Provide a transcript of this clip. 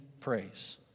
praise